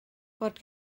fod